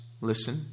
listen